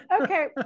okay